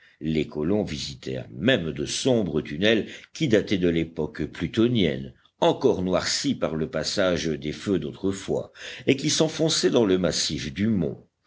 les colons visitèrent même de sombres tunnels qui dataient de l'époque plutonienne encore noircis par le passage des feux d'autrefois et qui s'enfonçaient dans le massif du mont